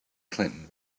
clinton